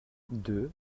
deux